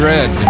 Red